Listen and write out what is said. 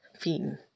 theme